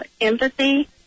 empathy